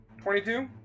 Twenty-two